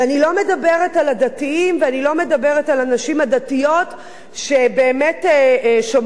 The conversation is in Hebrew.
ואני לא מדברת על הדתיים ואני לא מדברת על הנשים הדתיות שבאמת שומרות